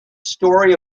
story